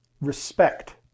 respect